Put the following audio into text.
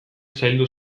zaildu